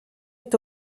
est